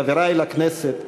חברי לכנסת,